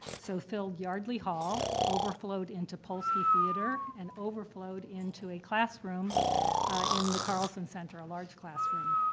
so filled yardley hall, overflowed into polsky theatre, and overflowed into a classroom in the carlsen center, a large classroom.